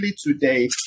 today